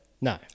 no